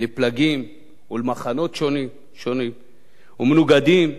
לפלגים ולמחנות שונים ומנוגדים.